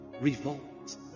revolt